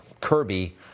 Kirby